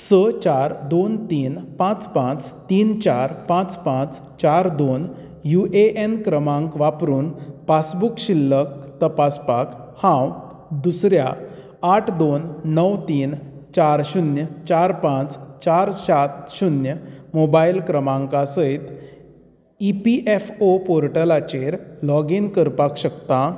स चार दोन तीन पांच पांच तीन चार पांच पांच चार दोन यू ए एन क्रमांक वापरून पासबूक शिल्लक तपास्पाक हांव दुसऱ्या आठ दोन णव तीन चार शुन्य चार पांच चार सात शुन्य मॉबायल क्रमांका सयत इ पी एफ ओ पोर्टलाचेर लॉग इन करपाक शकता